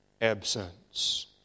absence